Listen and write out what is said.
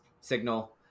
signal